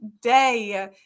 Day